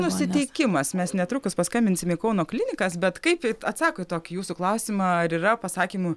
nusiteikimas mes netrukus paskambinsim į kauno klinikas bet kaip atsako į tokį jūsų klausimą ar yra pasakymų